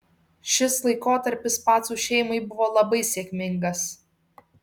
šis laikotarpis pacų šeimai buvo labai sėkmingas